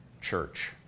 church